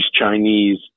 Chinese